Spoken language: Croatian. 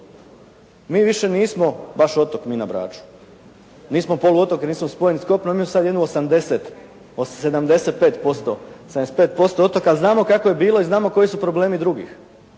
mi više nismo baš otok mi na Braču. Mi smo poluotok, jer nismo spojeni s kopnom, imamo sada jedno 75% otoka, znamo kako je bilo i znamo koji su problemi drugih